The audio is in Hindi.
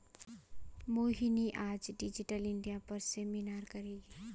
मोहिनी आज डिजिटल इंडिया पर सेमिनार करेगी